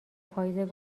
پاییز